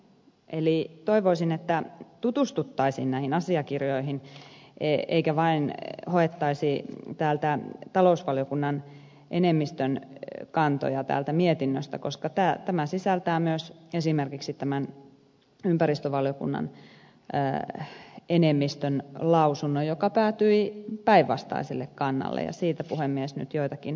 eli toivoisin että tutustuttaisiin näihin asiakirjoihin eikä vain hoettaisi talousvaliokunnan enemmistön kantoja täältä mietinnöstä koska tämä sisältää myös esimerkiksi tämän ympäristövaliokunnan enemmistön lausunnon joka päätyi päinvastaiselle kannalle ja siitä puhemies nyt joitakin poimintoja